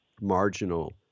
marginal